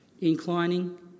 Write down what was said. Inclining